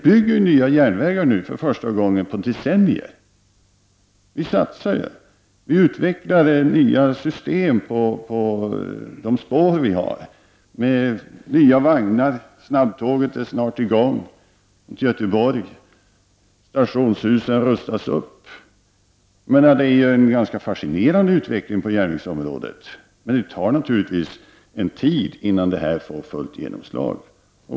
Vi bygger nya järnvägar för första gången på decennier. Vi gör satsningar och utvecklar nya system beträffande befintliga spår. Det handlar om nya vagnar. Dessutom är trafiken med snabbtåg till Göteborg snart i gång. Stationshus rustas upp. Det är alltså en ganska fascinerande utveckling på järnvägens område. Men det dröjer naturligtvis en viss tid innan vidtagna åtgärder får fullt genomslag.